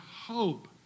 hope